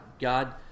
God